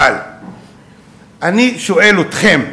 אבל אני שואל אתכם: